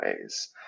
ways